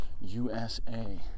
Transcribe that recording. USA